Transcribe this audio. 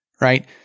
right